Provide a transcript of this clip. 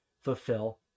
fulfill